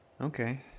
Okay